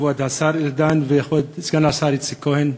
כבוד השר ארדן וכבוד סגן השר איציק כהן,